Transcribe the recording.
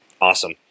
Awesome